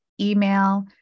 email